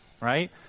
right